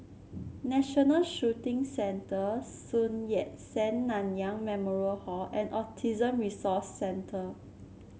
National Shooting Centre Sun Yat Sen Nanyang Memorial Hall and Autism Resource Centre